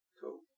Cool